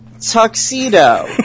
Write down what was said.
Tuxedo